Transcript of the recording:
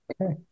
Okay